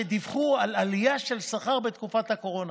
שדיווחו על עלייה של שכר בתקופת הקורונה,